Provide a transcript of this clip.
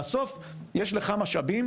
בסוף, יש לך משאבים